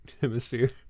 Hemisphere